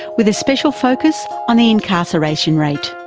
with a special focus on the incarceration rate.